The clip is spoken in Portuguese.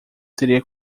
teria